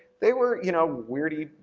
they were, you know, weirdy,